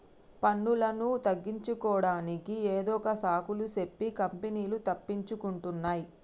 పన్నులను తగ్గించుకోడానికి ఏదొక సాకులు సెప్పి కంపెనీలు తప్పించుకుంటున్నాయ్